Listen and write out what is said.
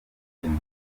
sinema